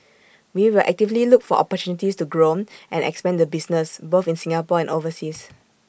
we will actively look for opportunities to grow and expand the business both in Singapore and overseas